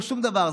לא שום דבר.